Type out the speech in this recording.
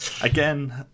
Again